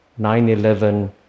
9-11